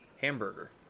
Hamburger